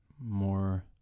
more